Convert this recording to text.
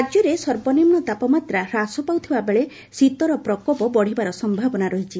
ଶୀତ ରାଜ୍ୟରେ ସର୍ବନିମୁ ତାପମାତ୍ରା ହ୍ରାସ ପାଉଥିବା ବେଳେ ଶୀତ ପ୍ରକୋପ ବଢ଼ିବାର ସମ୍ଠାବନା ରହିଛି